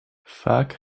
vaak